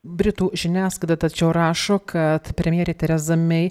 britų žiniasklaida tačiau rašo kad premjerė tereza mey